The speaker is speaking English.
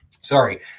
Sorry